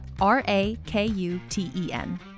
R-A-K-U-T-E-N